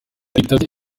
witabye